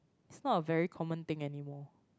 it's not a very common thing anymore